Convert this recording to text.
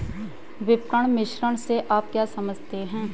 विपणन मिश्रण से आप क्या समझते हैं?